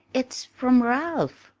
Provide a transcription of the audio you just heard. it's from ralph,